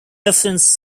reference